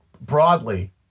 broadly